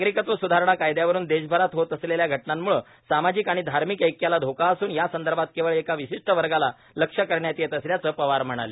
नागरिकत्व सुधारणा कायद्यावरुन देशभरात होत असलेल्या घटनांमुळे सामाजिक आणि धार्मिक ऐक्याला धोका असून या संदर्भात केवळ एका विशिष्ट वर्गाला लक्ष्य करण्यात येत असल्याचं पवार म्हणाले